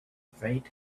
faint